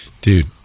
Dude